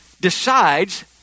decides